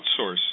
outsource